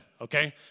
okay